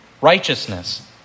righteousness